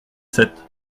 sept